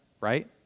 right